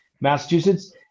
Massachusetts